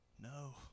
no